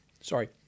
Sorry